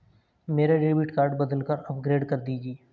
मेरा debit card बदलकर upgrade कर दीजिए